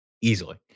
easily